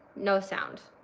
no sound.